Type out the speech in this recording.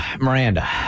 Miranda